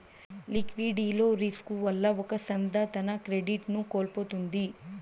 liquidity risk వల్ల ఒక సంస్థ తన క్రెడిట్ ను కోల్పోతుంది